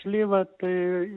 slyva tai